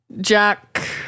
Jack